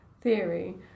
theory